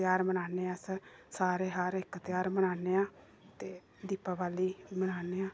ध्यार मनाने अस सारे हर इक ध्यार मनाने आं ते दिपावली मनाने आं